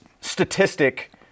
statistic